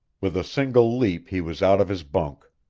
with a single leap he was out of his bunk.